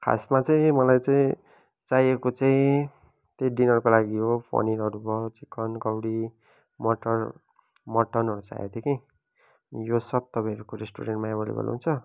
खासमा चाहिँ मलाई चाहिँ चाहिएको चाहिँ त्यही डिनरको लागि हो पनीरहरू भयो चिकन कौडी मटर मटनहरू चाहिएको थियो कि यो सब तपाईँहरूको रेस्टुरेन्टमा अभाइलेबल हुन्छ